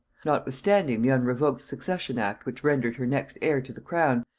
notwithstanding the unrevoked succession act which rendered her next heir to the crown,